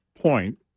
point